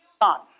on